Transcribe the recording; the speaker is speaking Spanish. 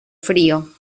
frío